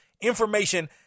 information